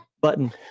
button